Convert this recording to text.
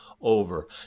over